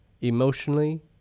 emotionally